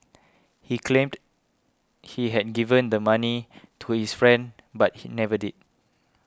he claimed he had given the money to his friend but he never did